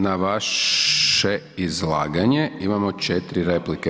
Na vaše izlaganje imamo 4 replike.